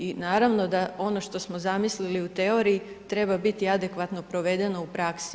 I naravno da ono to smo zamislili u teoriji treba biti adekvatno provedeno u praksi.